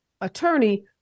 attorney